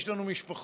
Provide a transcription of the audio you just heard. יש לנו משפחות,